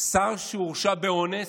שר שהורשע באונס?